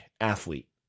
athlete